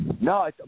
No